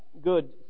good